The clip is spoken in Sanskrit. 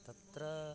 तत्र